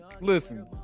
listen